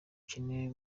ukeneye